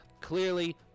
Clearly